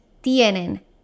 tienen